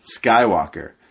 Skywalker